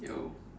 yo